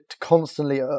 constantly